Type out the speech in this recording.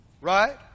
Right